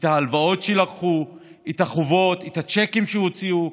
את ההלוואות שלקחו, את החובות, את הצ'קים שהוציאו,